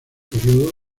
periodo